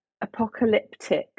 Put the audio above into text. apocalyptic